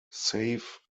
save